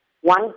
One